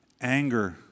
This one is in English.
anger